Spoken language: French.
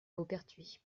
beauperthuis